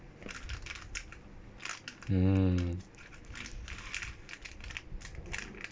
mm